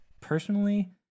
personally